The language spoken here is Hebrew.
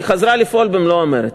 היא חזרה לפעול במלוא המרץ.